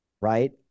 right